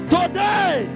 Today